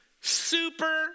Super